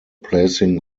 placing